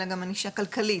אלא גם ענישה כלכלית,